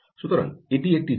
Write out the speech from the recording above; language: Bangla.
সুতরাং এটি একটি জিনিস